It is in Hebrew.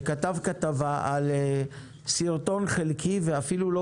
שכתב כתבה על סרטון חלקי ואפילו לא